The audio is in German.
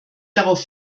darauf